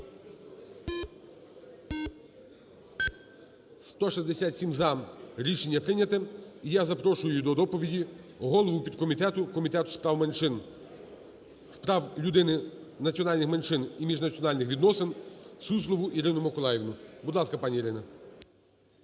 За-167 Рішення прийнято. І я запрошую до доповіді голову підкомітету Комітету з прав меншин… з прав людини, прав меншин і міжнаціональних відносин Суслову Ірину Миколаївну. Будь ласка, пані Ірино.